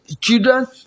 children